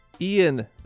Ian